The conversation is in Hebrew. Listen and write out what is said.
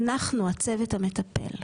אנחנו הצוות המטפל.